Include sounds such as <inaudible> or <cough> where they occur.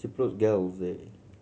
Chipotle <unintelligible>